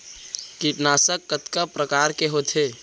कीटनाशक कतका प्रकार के होथे?